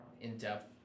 in-depth